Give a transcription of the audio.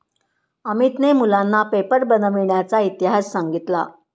अमितने मुलांना पेपर बनविण्याचा इतिहास सांगितला